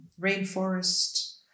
rainforest